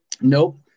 nope